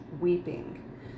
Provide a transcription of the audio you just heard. weeping